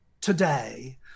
today